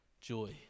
joy